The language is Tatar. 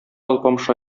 алпамша